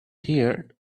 here